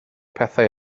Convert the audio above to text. pethau